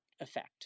Effect